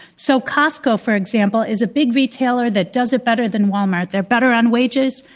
so, costco, for example, is a big retailer that does it better than walmart. they're better on wages,